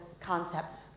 concepts